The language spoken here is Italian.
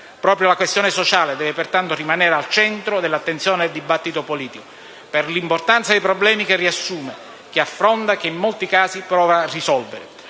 Proprio la questione sociale deve pertanto rimanere al centro dell'attenzione del dibattito politico, per l'importanza dei problemi che riassume, che affronta e che in molti casi prova a risolvere.